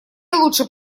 лучше